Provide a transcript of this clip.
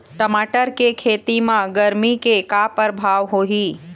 टमाटर के खेती म गरमी के का परभाव होही?